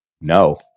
No